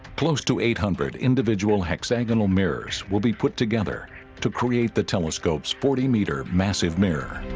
close to eight hundred individual hexagonal mirrors will be put together to create the telescope's forty metre massive mirror